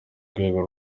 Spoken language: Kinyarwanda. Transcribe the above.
rwego